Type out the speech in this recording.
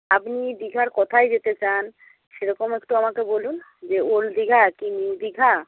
আপনি দীঘার কোথায় যেতে চান সেরকম একটু আমাকে বলুন যে ওল্ড দীঘা কি নিউ দীঘা